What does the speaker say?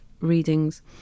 readings